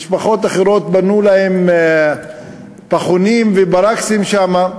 משפחות אחרות בנו להן פחונים ובאראקסים שם.